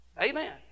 Amen